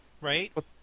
right